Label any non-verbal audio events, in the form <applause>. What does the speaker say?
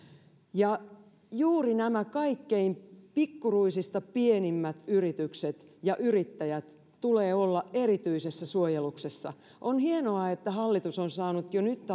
juuri näiden kaikkein pikkuruisista pienimpien yritysten ja yrittäjien tulee olla erityisessä suojeluksessa on hienoa että hallitus on saanut jo nyt <unintelligible>